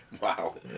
Wow